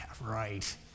right